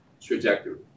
trajectory